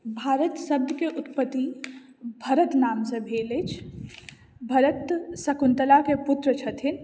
भारत शब्दके उत्पति भरत नामसँ भेल अछि भरत शकुन्तलाके पुत्र छथिन